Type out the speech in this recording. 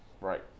Right